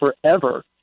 forever